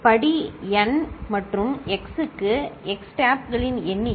படி n மற்றும் x க்கு x டேப்களின் எண்ணிக்கை